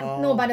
oh